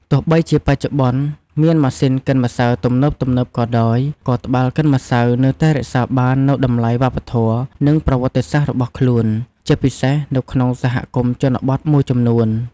ទោះបីជាបច្ចុប្បន្នមានម៉ាស៊ីនកិនម្សៅទំនើបៗក៏ដោយ ក៏ត្បាល់កិនម្សៅនៅតែរក្សាបាននូវតម្លៃវប្បធម៌ និងប្រវត្តិសាស្ត្ររបស់ខ្លួន ជាពិសេសនៅក្នុងសហគមន៍ជនបទមួយចំនួន។